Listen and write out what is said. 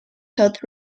taught